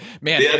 Man